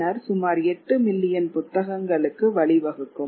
பின்னர் சுமார் 8 மில்லியன் புத்தகங்களுக்கு வழிவகுக்கும்